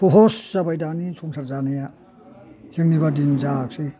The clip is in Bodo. सहस जाबाय दानि संसार जानाया जोंनि बादि जायासै